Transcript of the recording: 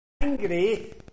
angry